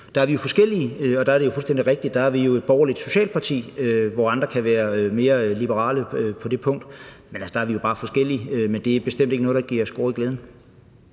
der er vi jo forskellige. Der er det jo fuldstændig rigtigt, at vi er et borgerlig-socialt parti, hvor andre kan være mere liberale på det punkt. Men der er vi jo bare forskellige. Det er bestemt ikke noget, der giver skår i glæden.